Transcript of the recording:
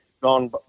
gone